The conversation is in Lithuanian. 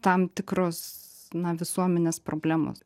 tam tikros na visuomenės problemos